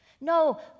No